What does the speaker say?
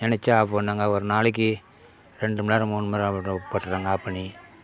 நினச்சா ஆஃப் பண்ணுவாங்கள் ஒரு நாளைக்கு ரெண்டு மணிநேரம் மூணு மணிநேரம் ஆகட்டும் போட்டுட்றாங்க ஆஃப் பண்